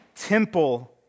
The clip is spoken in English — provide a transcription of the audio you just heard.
temple